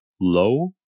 low